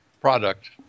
product